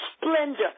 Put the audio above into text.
splendor